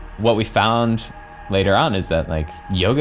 what we found later on is that like yoga